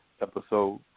episode